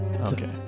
Okay